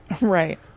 Right